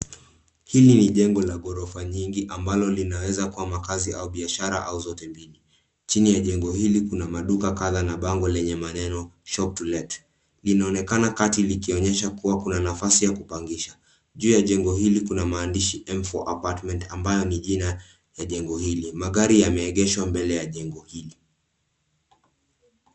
Hili ni jengo la ghorofa nyingi ambalo linaweza kuwa makaazi au biashara au zote mbili. Chini ya jengo hili kuna maduka mingi na kadhaa na bango lenye maneno cs[shop to let]cs. Linaonekana kati likionyesha kuwa kuna nafasi ya kupangisha. Juu ya jengo hili kuna maandishi cs[M4 Apartment]cs ambayo ni jina ya jengo hili. Magari yameegeshwa mbele ya jengo hili.